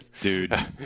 Dude